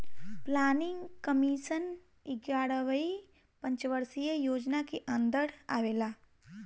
planning commission एग्यारहवी पंचवर्षीय योजना के अन्दर आवेला